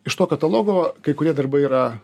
iš to katalogo kai kurie darbai yra